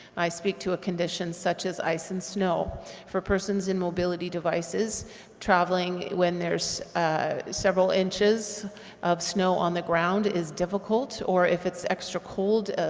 i speak to a condition such as ice and snow for persons in mobility devices traveling when there's several inches of snow on the ground is difficult, or if it's extra cold,